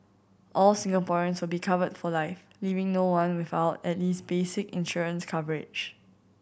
all Singaporeans will be covered for life leaving no one without at least basic insurance coverage